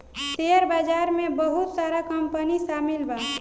share बाजार में बहुत सारा कंपनी शामिल बा